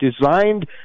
designed